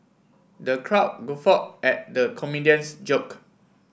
the crowd guffawed at the comedian's joke